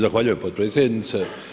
Zahvaljujem potpredsjednice.